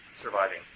surviving